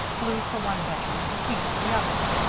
blue for one bedroom, and pink for the other,